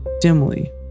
dimly